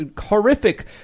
horrific